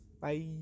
Bye